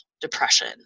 depression